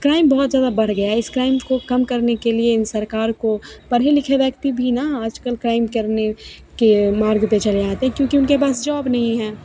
crime बहुत ज़्यादा बढ़ गया है इस क्राइम को कम करने के लिए इन सरकार को पढ़े लिखे व्यक्ति भी ना आजकल क्राइम करने के मार्ग पर चले जाते हैं क्योंकि उनके पास जॉब नहीं है